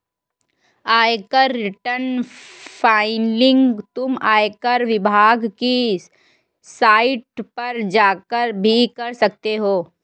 आयकर return filing तुम आयकर विभाग की साइट पर जाकर भी कर सकते हो